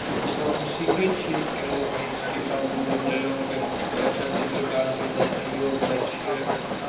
तऽ ओसभ हम सीखै छियै केनाहिओ कहींसँ किताबमे देख लेलहुँ क् कोइ अच्छा चित्रकार छै ओकरासँ सहयोग लै छियै